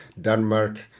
Denmark